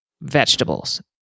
vegetables